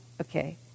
Okay